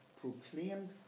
proclaimed